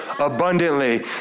abundantly